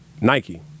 Nike